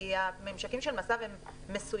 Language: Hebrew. כי הממשקים של מס"ב הם מסוימים.